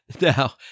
Now